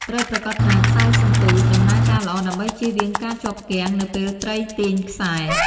ត្រូវប្រាកដថា ខ្សែសន្ទូច ដំណើរការល្អដើម្បីជៀសវាងការជាប់គាំង នៅពេលត្រីទាញខ្សែ។